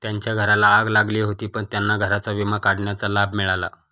त्यांच्या घराला आग लागली होती पण त्यांना घराचा विमा काढण्याचा लाभ मिळाला